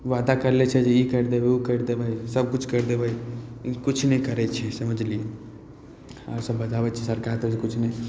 वादा करि लै छै जे ई करि देबै ओ करि देबै सबकिछु करि देबै लेकिन किछु नहि करै छै समझलिए आओर सब बताबै छी सरकारके जे किछु ने